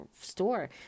store